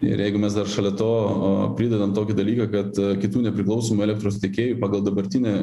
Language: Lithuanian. ir jeigu mes dar šalia to pridedant tokį dalyką kad kitų nepriklausomų elektros tiekėjų pagal dabartinę